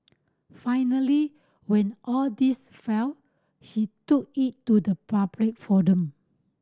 finally when all this failed she took it to the public forum